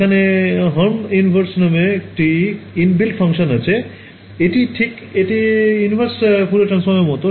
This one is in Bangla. এখানে হারম ইনভার্স নামে একটি ইনবিল্ট ফাংশন রয়েছে এটি ঠিক এটি inverse Fourier transform এর মতো